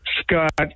Scott